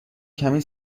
کمی